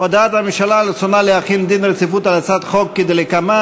הודעת הממשלה על רצונה להחיל דין רציפות על הצעת חוק כדלקמן: